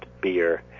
beer